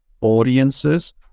audiences